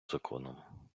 законом